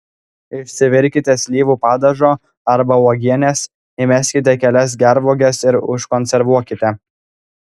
išsivirkite slyvų padažo arba uogienės įmeskite kelias gervuoges ir užkonservuokite